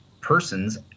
persons